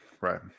Right